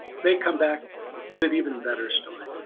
they come back with an even better story.